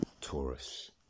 Taurus